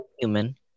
human